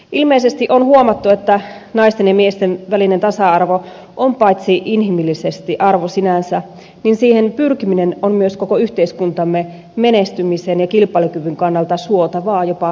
ilmeisesti on huomattu että naisten ja miesten välinen tasa arvo on inhimillisesti arvo sinänsä ja siihen pyrkiminen on myös koko yhteiskuntamme menestymisen ja kilpailukyvyn kannalta suotavaa jopa välttämätöntä